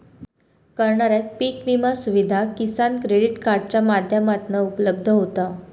करणाऱ्याक पीक विमा सुविधा किसान क्रेडीट कार्डाच्या माध्यमातना उपलब्ध होता